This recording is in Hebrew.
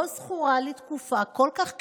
לא זכורה לי תקופה כל כך כאובה,